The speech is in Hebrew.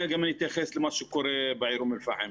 אני אתייחס למה שקורה בעיר אום אל פאחם.